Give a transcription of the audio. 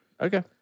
Okay